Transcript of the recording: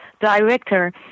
director